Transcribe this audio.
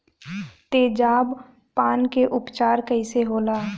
तेजाब पान के उपचार कईसे होला?